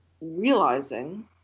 realizing